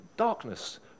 darkness